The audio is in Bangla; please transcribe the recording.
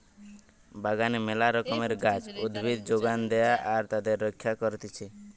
বাগানে মেলা রকমের গাছ, উদ্ভিদ যোগান দেয়া আর তাদের রক্ষা করতিছে